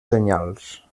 senyals